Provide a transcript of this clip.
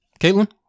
Caitlin